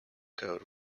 code